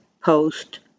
post